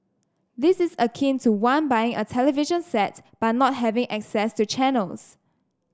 this is akin to one buying a television set but not having access to channels